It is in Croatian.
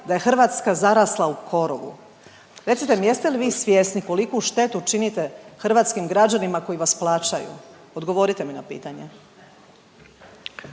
da je Hrvatska zarasla u korovu. Recite mi, jeste li vi svjesni koliku štetu činite hrvatskim građanima koji vas plaćaju? Odgovorite mi na pitanje.